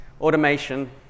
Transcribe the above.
Automation